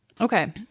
okay